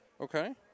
Okay